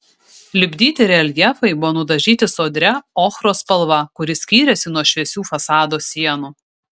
lipdyti reljefai buvo nudažyti sodria ochros spalva kuri skyrėsi nuo šviesių fasado sienų